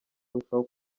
urushaho